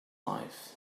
life